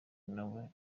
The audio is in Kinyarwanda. nawe